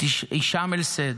את הישאם א-סייד,